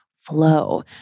flow